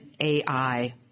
AI